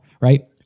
right